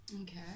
Okay